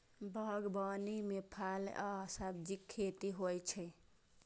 बागवानी मे फल आ सब्जीक खेती होइ छै